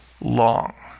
long